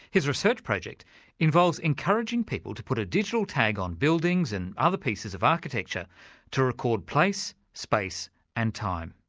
his research project involves encouraging people to put a digital tag on buildings and other pieces of architecture to record place, space and time.